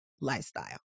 Lifestyle